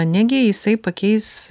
negi jisai pakeis